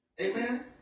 Amen